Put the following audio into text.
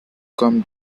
come